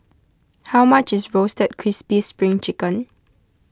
how much is Roasted Crispy Spring Chicken